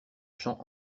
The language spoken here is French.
champ